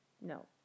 no